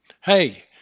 Hey